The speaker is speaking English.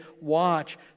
watch